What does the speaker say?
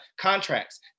contracts